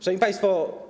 Szanowni Państwo!